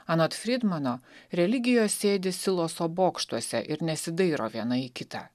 anot fridmano religijos sėdi siloso bokštuose ir nesidairo viena kita